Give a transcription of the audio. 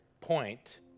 point